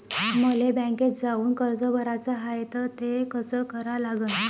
मले बँकेत जाऊन कर्ज भराच हाय त ते कस करा लागन?